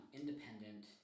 independent